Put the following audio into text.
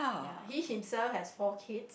ya he himself has four kids